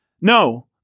No